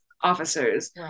officers